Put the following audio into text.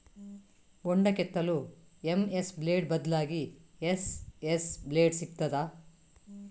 ಬೊಂಡ ಕೆತ್ತಲು MS blade ಬದ್ಲಾಗಿ ಎಸ್.ಎಸ್ ಬ್ಲೇಡ್ ಸಿಕ್ತಾದ?